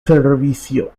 servicio